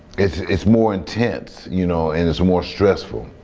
it's it's more intense, you know and it's more stressful.